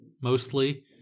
mostly